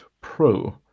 Pro